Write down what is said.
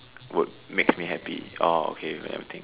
would make me happy orh okay wait let me think